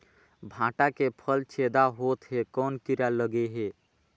भांटा के फल छेदा होत हे कौन कीरा लगे हे?